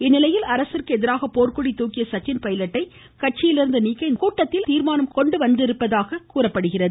இந்நிலையில் அரசிற்கு எதிராக போர்க்கொடி தூக்கிய சச்சின் பைலட்டை கட்சியிலிருந்து நீக்க இந்த கூட்டத்தில் தீர்மானம் கொண்டுவந்திருப்பதாக தெரிகிறது